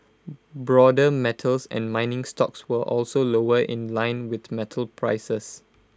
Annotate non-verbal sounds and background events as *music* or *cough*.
*noise* broader metals and mining stocks were also lower in line with metal prices